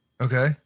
Okay